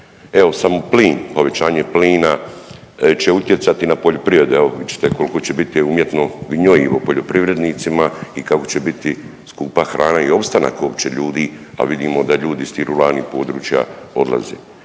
Evo samo plin, povećanje plina će utjecati na poljoprivrede. Evo vidjet ćete koliko će biti umjetno gnojivo poljoprivrednicima i kako će biti skupa hrana i opstanak uopće ljudi, a vidimo da ljudi s tih područja odlaze.